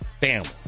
family